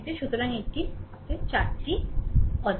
সুতরাং এটি 4 অজানা